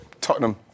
Tottenham